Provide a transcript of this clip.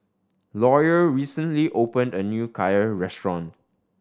lawyer recently opened a new Kheer restaurant